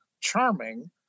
charming